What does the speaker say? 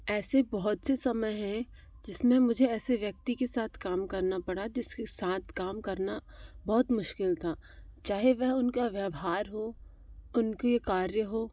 ऐसे बहुत से समय है जिस में मुझे ऐसे व्यक्ति के साथ काम करना पड़ा जिसके साथ काम करना बहुत मुश्किल था चाहे वह उनका व्यवहार हो उनका कार्य हो